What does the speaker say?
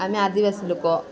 ଆମେ ଆଦିବାସୀ ଲୋକ